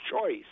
choice